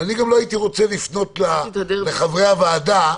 ואני גם לא הייתי רוצה לפנות לחברי הוועדה,